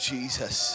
Jesus